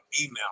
email